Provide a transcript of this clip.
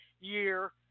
year